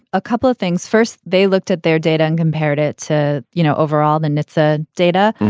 a couple of things. first, they looked at their data and compared it to, you know, overall the nsa data.